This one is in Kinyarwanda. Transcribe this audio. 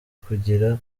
kugira